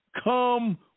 come